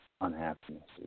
unhappinesses